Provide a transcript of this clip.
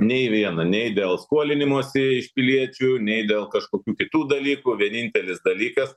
nei vieną nei dėl skolinimosi iš piliečių nei dėl kažkokių kitų dalykų vienintelis dalykas